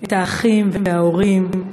את האחים וההורים,